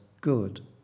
good